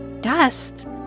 dust